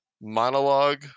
monologue